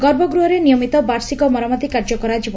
ଗର୍ଭଗୃହରେ ନିୟମିତ ବାର୍ଷିକ ମରାମତି କାର୍ଯ୍ୟ କରାଯିବ